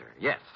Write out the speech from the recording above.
Yes